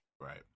right